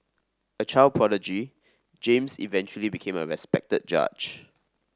a child prodigy James eventually became a respected judge